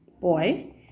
boy